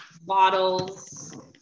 bottles